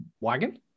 wagon